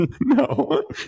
no